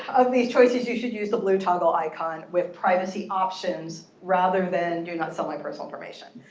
of these choices, you should use the blue toggle icon with privacy options rather than do not sell my personal information.